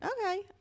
okay